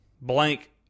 blank